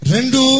Rendu